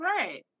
Right